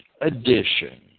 edition